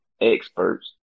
experts